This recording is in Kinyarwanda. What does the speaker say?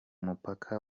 mupaka